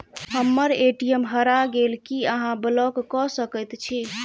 हम्मर ए.टी.एम हरा गेल की अहाँ ब्लॉक कऽ सकैत छी?